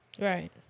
Right